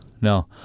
No